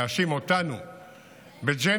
להאשים אותנו בג'נוסייד